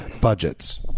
budgets